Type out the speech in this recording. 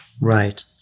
Right